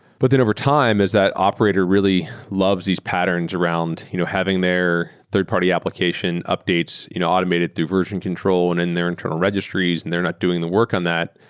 but then overtime as that operator really loves these patterns around you know having their third-party application updates you know automated through version control and in their internal registries and they're not doing the work on that,